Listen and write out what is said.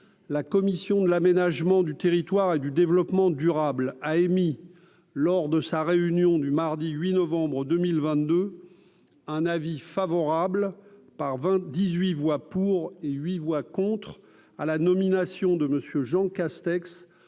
la commission de l'aménagement du territoire et du développement durable a émis lors de sa réunion du mardi 8 novembre 2022, un avis favorable par 20 18 voix pour et 8 voix contre à la nomination de Monsieur Jean Castex,